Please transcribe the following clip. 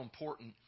important